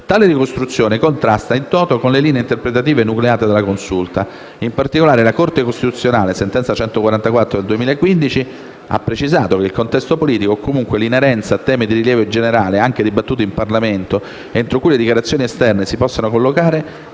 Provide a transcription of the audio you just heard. Tale ricostruzione contrasta *in toto* con le linee interpretative enucleate dalla Consulta. In particolare, la Corte costituzionale, nella sentenza n. 144 del 2015, ha precisato che «il "contesto politico" o comunque l'inerenza a temi di rilievo generale, anche dibattuti in Parlamento, entro cui le dichiarazioni esterne si possano collocare,